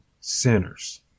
sinners